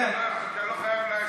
אתה לא חייב להשיב.